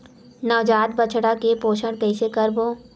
नवजात बछड़ा के पोषण कइसे करबो?